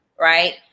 right